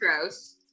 gross